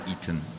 eaten